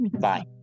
Bye